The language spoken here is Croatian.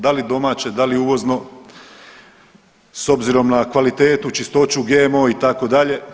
Da li domaće, da li uvozno s obzirom na kvalitetu, čistoću, GMO itd.